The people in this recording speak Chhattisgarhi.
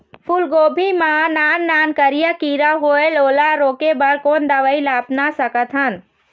फूलगोभी मा नान नान करिया किरा होयेल ओला रोके बर कोन दवई ला अपना सकथन?